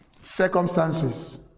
Circumstances